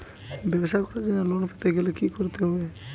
ব্যবসা করার জন্য লোন পেতে গেলে কি কি করতে হবে?